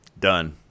Done